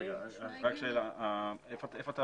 רק שאלה, איפה אתה